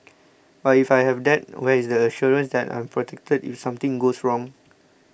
but if I have that where is the assurance that I'm protected if something goes wrong